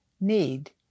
need